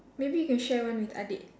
maybe you can share one with adik